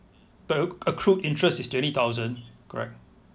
the ac~ accrued interest is twenty thousand correct